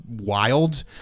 wild